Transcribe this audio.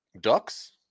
Ducks